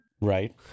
Right